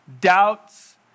doubts